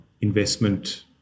investment